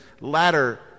latter